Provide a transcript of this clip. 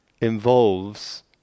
involves